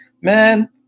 Man